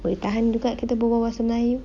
boleh tahan juga kita berbual bahasa melayu